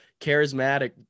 charismatic